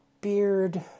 beard